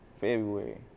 February